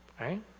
right